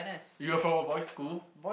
you were from a boy's school